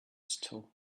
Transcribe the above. store